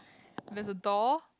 there's a door